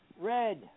Red